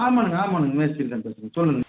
ஆமாண்ணா ஆமாண்ணா மேஸ்திரிதான் பேசுகிறேன் சொல்லுங்கள்